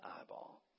eyeball